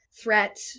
threat